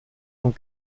von